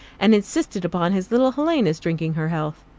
and insisted upon his little helena's drinking her health.